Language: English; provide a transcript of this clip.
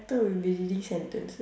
I thought we'll be reading sentences